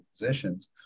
positions